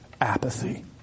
apathy